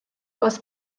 was